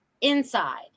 inside